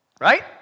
Right